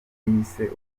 yise